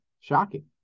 shocking